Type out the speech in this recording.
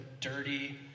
dirty